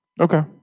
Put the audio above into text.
okay